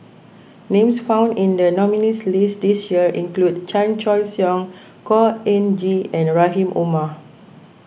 names found in the nominees' list this year include Chan Choy Siong Khor Ean Ghee and Rahim Omar